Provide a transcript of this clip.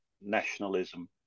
nationalism